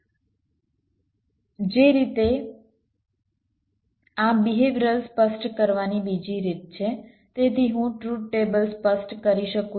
તેવી જ રીતે આ બિહેવિયર સ્પષ્ટ કરવાની બીજી રીત છે અહીં હું ટ્રુથ ટેબલ સ્પષ્ટ કરી શકું છું